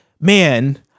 man